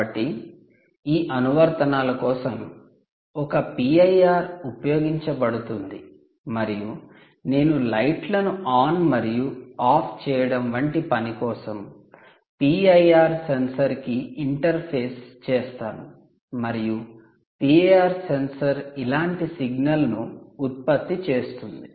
కాబట్టి ఈ అనువర్తనాల కోసం ఒక పిఐఆర్ ఉపయోగించబడుతుంది మరియు నేను లైట్లను ఆన్ మరియు ఆఫ్ చేయడం వంటి పని కోసం 'పిఐఆర్ సెన్సార్' కి ఇంటర్ఫేస్ చేస్తాను మరియు' పిఐఆర్ సెన్సార్ ' ఇలాంటి సిగ్నల్ను ఉత్పత్తి చేస్తుంది